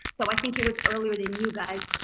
so i think it was earlier than you guys.